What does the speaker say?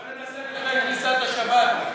בוא ננסה לפני כניסת השבת.